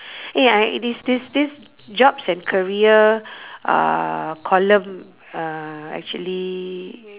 eh I this this this jobs and career uh column uh actually